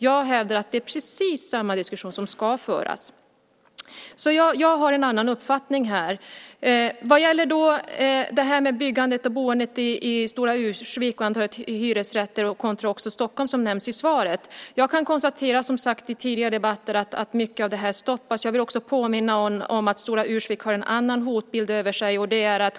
Jag hävdar att det är precis samma diskussion som ska föras. Jag har en annan uppfattning. Sedan var det frågan om byggandet och boendet i Stora Ursvik och antalet hyresrätter kontra Stockholm som nämns i svaret. Jag kan konstatera, som jag har sagt i tidigare debatter, att mycket av det här stoppas. Jag vill påminna om att Stora Ursvik har en annan hotbild över sig.